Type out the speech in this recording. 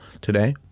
today